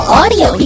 audio